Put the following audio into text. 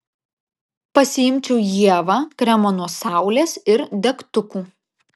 pasiimčiau ievą kremo nuo saulės ir degtukų